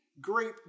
grape